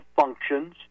functions